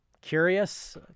curious